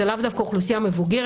זה לאו דווקא אוכלוסייה מבוגרת.